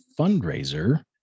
fundraiser